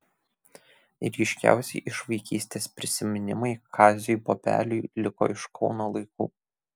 ryškiausi iš vaikystės prisiminimai kaziui bobeliui liko iš kauno laikų